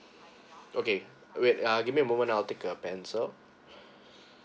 okay wait uh give me a moment I'll take a pencil